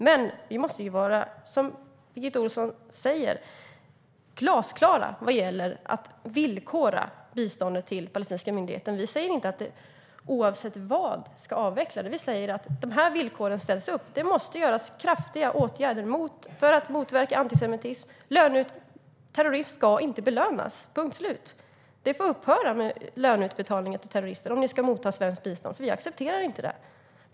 Men vi måste, som Birgitta Ohlsson säger, vara glasklara vad gäller att villkora biståndet till den palestinska myndigheten. Vi säger inte att det oavsett vad ska avvecklas. Vi säger att vissa villkor måste ställas upp. Det måste vidtas kraftiga åtgärder för att motverka antisemitism. Terrorism ska inte belönas - punkt slut. Vi måste säga att löneutbetalningar till terrorister måste upphöra om de ska få motta svenskt bistånd, eftersom vi inte accepterar detta.